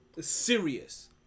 serious